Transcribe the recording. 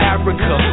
Africa